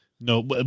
No